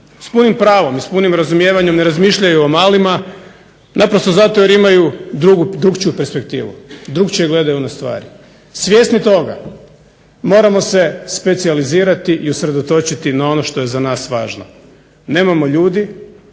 s punim pravom i s punim razumijevanjem ne razmišljaju o malima naprosto zato jer imaju drukčiju perspektivu, drukčije gledaju na stvari. Svjesni toga moramo se specijalizirati i usredotočiti na ono što je za nas važno. Nemamo ljudi